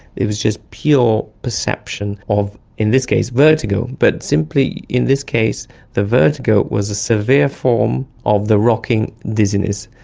it was just pure perception of, in this case, vertigo. but simply in this case the vertigo was a severe form of the rocking and dizziness.